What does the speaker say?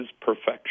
perfection